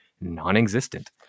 non-existent